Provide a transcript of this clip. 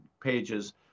pages